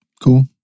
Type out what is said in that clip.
Cool